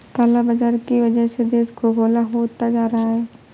काला बाजार की वजह से देश खोखला होता जा रहा है